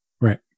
Right